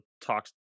talks